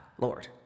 Lord